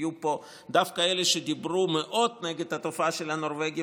ויהיו פה דווקא אלה שדיברו מאוד נגד התופעה של הנורבגים,